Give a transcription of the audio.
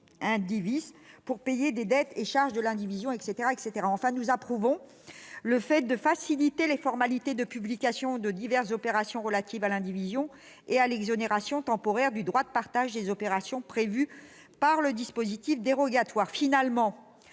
pour payer les dettes et charges de l'indivision, etc. Enfin, nous approuvons la mesure visant à faciliter les formalités de publication de diverses opérations relatives à l'indivision ainsi que l'exonération temporaire du droit de partage des opérations prévues par le dispositif dérogatoire. Finalement,